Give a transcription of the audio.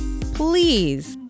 Please